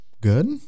Good